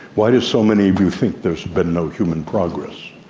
why do so many of you think there's been no human progress?